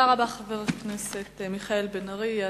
חבר הכנסת מיכאל בן-ארי, תודה רבה.